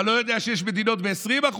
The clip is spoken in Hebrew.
אתה לא יודע שיש מדינות עם 20%?